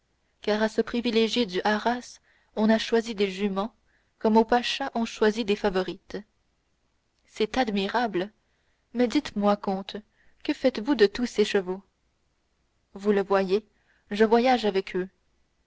car à ce privilégié du haras on a choisi des juments comme aux pachas on choisit des favorites c'est admirable mais dites-moi comte que faites-vous de tous ces chevaux vous le voyez je voyage avec eux